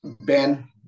Ben